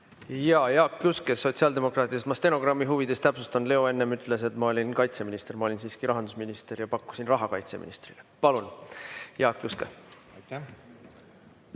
Jaak Juske sotsiaaldemokraatidest. Ma stenogrammi huvides täpsustan. Leo enne ütles, et ma olin kaitseminister. Ma olin siiski rahandusminister ja pakkusin raha kaitseministrile. Palun, Jaak Juske!